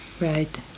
Right